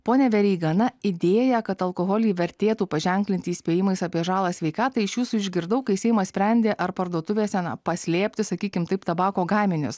pone veryga na idėją kad alkoholį vertėtų paženklinti įspėjimais apie žalą sveikatai iš jūsų išgirdau kai seimas sprendė ar parduotuvėse paslėpti sakykim taip tabako gaminius